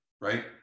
right